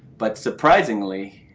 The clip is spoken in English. but surprisingly,